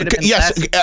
Yes